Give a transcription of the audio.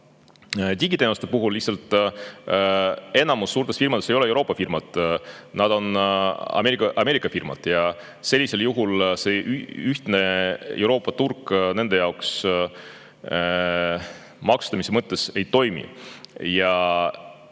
digiteenuste puhul, lihtsalt enamik suurtest firmadest ei ole Euroopa firmad. Nad on Ameerika firmad ja sellisel juhul see ühtne Euroopa turg nende maksustamise mõttes ei toimi.